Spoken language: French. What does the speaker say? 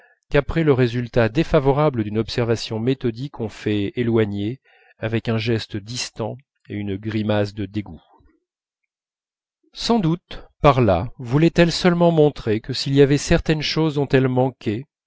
qu'après le résultat défavorable d'une observation méthodique on fait éloigner avec un geste distant et une grimace de dégoût sans doute par là voulaient elles seulement montrer que s'il y avait certaines choses dont elles